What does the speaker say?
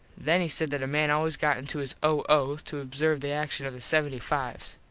then he said that a man always got into his o o. to observe the action of the seventy five s.